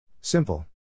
Simple